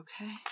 okay